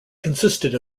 consisted